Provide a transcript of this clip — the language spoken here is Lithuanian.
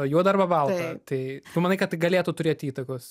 juodą arba baltą tai tu manai kad tai galėtų turėti įtakos